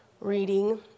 reading